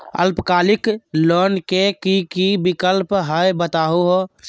अल्पकालिक लोन के कि कि विक्लप हई बताहु हो?